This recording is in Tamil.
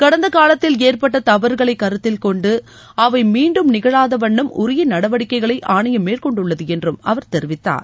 கடந்த காலத்தில் ஏற்பட்ட தவறுகளை கருத்தில் கொண்டு அவை மீண்டும் நிகழாதவண்ணம் உரிய நடவடிக்கைகளை ஆணையம் மேற்கொண்டுள்ளது என்றும் அவர் தெரிவித்தார்